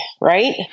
Right